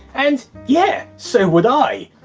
and. yeah! so would i!